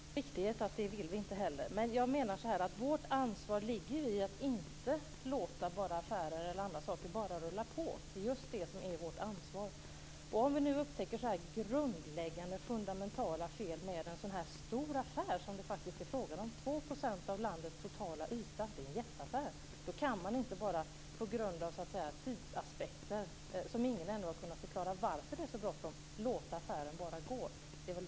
Fru talman! Det äger sin riktighet att vi inte heller vill det. Men jag menar att vårt ansvar ligger i att inte låta affärer eller andra saker bara rulla på. Det är just det som är vårt ansvar. Vi upptäcker nu grundläggande fundamentala fel med en så här stor affär som det faktiskt är fråga om - 2 % av landets totala yta, det är en jätteaffär. Då kan man inte på grund av tidsaspekten - och ingen har ännu kunnat förklara varför det är så bråttom - bara låta affären gå.